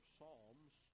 Psalms